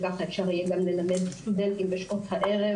כך אפשר יהיה גם ללמד סטודנטים בשעות הערב.